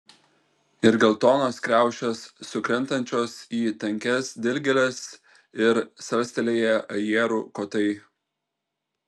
ir geltonos kriaušės sukrentančios į tankias dilgėles ir salstelėję ajerų kotai